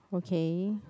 okay